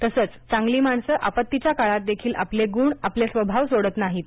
तसंच चांगली माणसं आपत्तीच्या काळातदेखील आपले गुणआपले स्वभाव सोडत नाहीत